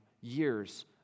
years